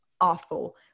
awful